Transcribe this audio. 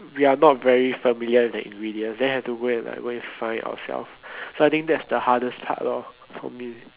we are not very familiar with the ingredients then have to go and like go and find ourselves so I think like that's the hardest part lor for me